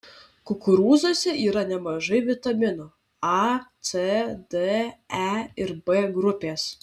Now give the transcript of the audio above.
kukurūzuose yra nemažai vitaminų a c d e ir b grupės